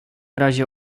razie